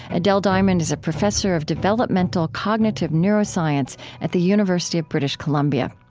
adele diamond is a professor of developmental cognitive neuroscience at the university of british columbia.